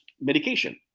medication